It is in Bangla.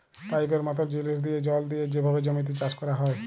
পাইপের মতল জিলিস দিঁয়ে জল দিঁয়ে যেভাবে জমিতে চাষ ক্যরা হ্যয়